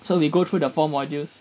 so we go through the four modules